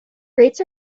rates